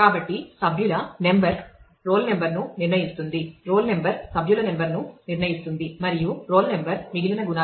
కాబట్టి సభ్యుల number → roll number roll number → సభ్యుల నెంబర్ మరియు రోల్ నెంబర్ → మిగిలిన గుణాలు